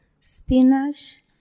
spinach